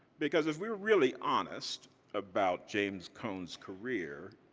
because if we're really honest about james cone's career,